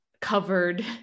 covered